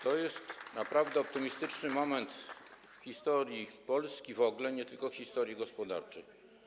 To jest naprawdę optymistyczny moment w historii Polski w ogóle, nie tylko historii gospodarczej.